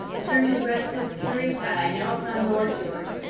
and turned his restless, curious eye, now upon lord george,